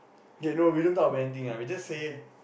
okay no we don't talk about anything ah we just say